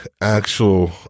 actual